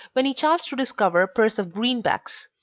when he chanced to discover a purse of greenbacks.